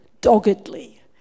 doggedly